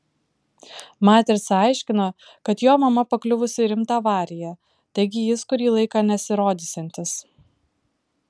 matrica aiškino kad jo mama pakliuvusi į rimtą avariją taigi jis kurį laiką nesirodysiantis